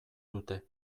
dute